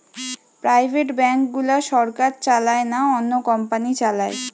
private bank গুলা সরকার চালায় না, অন্য কোম্পানি চালায়